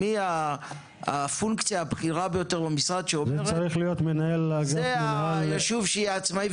מי הפונקציה הבכירה ביותר במשרד שאומרת: היישוב הזה יהיה עצמאי,